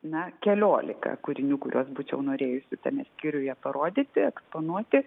na keliolika kūrinių kuriuos būčiau norėjusi tame skyriuje parodyti eksponuoti